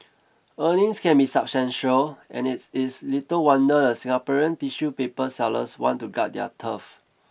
earnings can be substantial and it is little wonder the Singaporean tissue paper sellers want to guard their turf